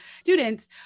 students